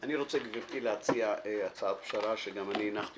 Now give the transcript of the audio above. אני רוצה להציע הצעת פשרה שאני מקווה